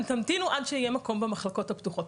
להמתין עד שיהיה מקום במחלקות הפתוחות.